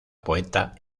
poeta